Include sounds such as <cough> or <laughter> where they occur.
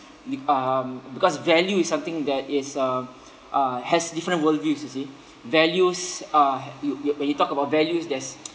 the um because value is something that is um uh has different world views you see values uh you you when you talk about values there's <noise>